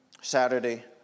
Saturday